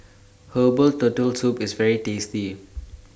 Herbal Turtle Soup IS very tasty